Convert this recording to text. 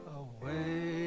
away